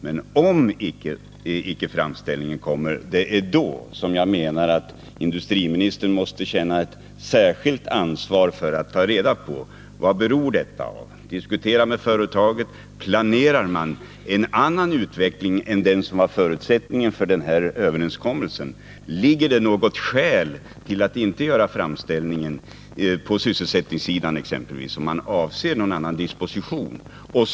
Men det är om någon sådan framställning inte görs som jag menar att industriministern måste känna ett särskilt ansvar att ta reda på vad det beror på. Planerar man en annan utveckling än den som var förutsättningen för överenskommelsen? Finns det något skäl, exempelvis på sysselsättningssidan, att inte göra framställningen? Avser man att göra någon annan disposition?